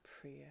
prayer